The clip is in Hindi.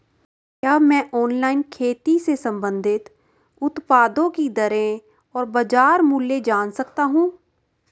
क्या मैं ऑनलाइन खेती से संबंधित उत्पादों की दरें और बाज़ार मूल्य जान सकता हूँ?